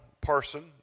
person